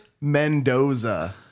Mendoza